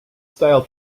style